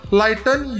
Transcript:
lighten